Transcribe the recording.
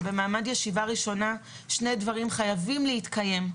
שבמעמד ישיבה ראשונה שני דברים חייבים להתקיים.